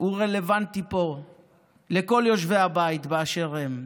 הוא רלוונטי פה לכל יושבי הבית באשר הם.